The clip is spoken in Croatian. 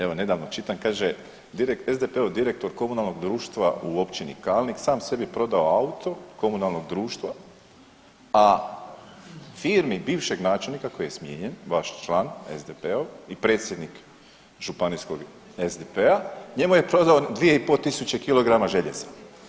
Evo nedavno čitam, kaže, SDP-ov direktor komunalnog društva u Općini Kalini sam sebi prodao auto komunalnog društva, a firmi bivšeg načelnika koji je smijenjen, vaš član, SDP-ov, i predsjednik županijskog SDP-a, njemu je prodao 2,5 tisuće željeza.